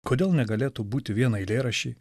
kodėl negalėtų būti vieną eilėraštį